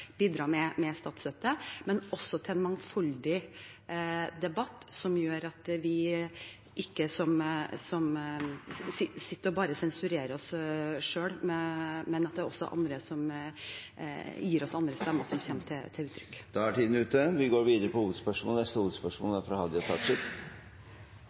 bidra med statsstøtte, men også for en mangfoldig debatt som gjør at vi ikke bare sitter og sensurerer oss selv, men at også andre stemmer kommer til uttrykk. Vi går videre til neste hovedspørsmål. Det vert gjort mykje bra politiarbeid rundt om i Noreg, men 2016 har òg gjeve oss mange eksempel på